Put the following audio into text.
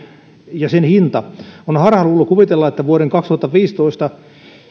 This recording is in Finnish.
ja sen hinta on harhaluulo kuvitella että vuoden kaksituhattaviisitoista